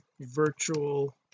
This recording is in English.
virtual